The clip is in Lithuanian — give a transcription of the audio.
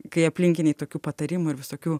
kai aplinkiniai tokių patarimų ir visokių